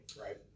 Right